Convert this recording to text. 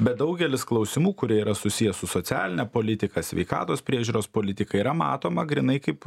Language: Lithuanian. bet daugelis klausimų kurie yra susiję su socialine politika sveikatos priežiūros politika yra matoma grynai kaip